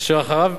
אשר אחריו